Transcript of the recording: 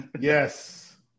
Yes